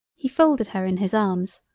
he folded her in his arms,